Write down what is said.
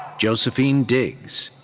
josephine diggs.